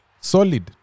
Solid